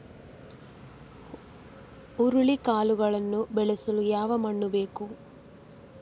ಹುರುಳಿಕಾಳನ್ನು ಬೆಳೆಸಲು ಯಾವ ಮಣ್ಣು ಬೇಕು?